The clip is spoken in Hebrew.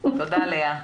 תודה, לאה.